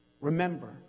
Remember